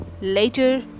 later